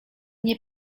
nie